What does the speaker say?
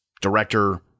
director